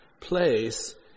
place